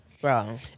bro